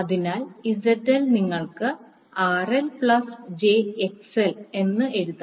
അതിനാൽ ZL നിങ്ങൾക്ക് RL jXL എന്ന് എഴുതാം